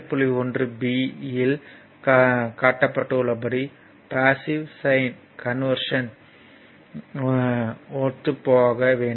1 b இல் காட்டப்பட்டுள்ளபடி passive sign convention ஒத்துப்போக வேண்டும்